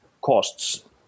costs